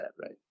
right